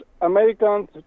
Americans